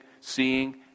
seeing